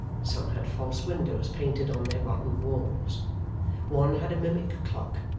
some had false windows painted on their rotten walls one had a mimic clock,